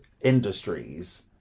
industries